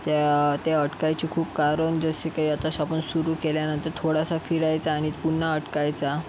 त्या त्या अडकायची खूप कारण जसं काही आता आपण सुरु केल्यानंतर थोडासा फिरायचा आणि पुन्हा अडकायचा